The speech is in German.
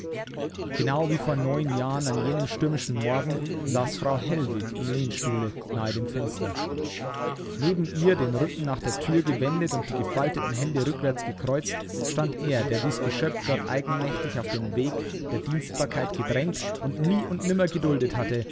genau wie vor neun jahren an jenem stürmischen morgen saß frau hellwig im lehnstuhle nahe dem fenster neben ihr den rücken nach der thür gewendet und die gefalteten hände rückwärts gekreuzt stand er der dies geschöpf dort eigenmächtig auf den weg der dienstbarkeit gedrängt und nie und nimmer geduldet hatte